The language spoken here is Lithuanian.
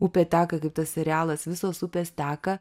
upė teka kaip tas serialas visos upės teka